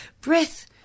Breath